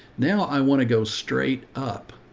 now i want to go straight up,